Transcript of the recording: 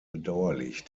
bedauerlich